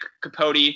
Capote